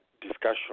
discussion